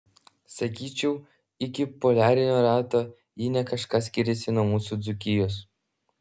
sakyčiau iki poliarinio rato ji ne kažką skiriasi nuo mūsų dzūkijos